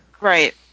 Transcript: Right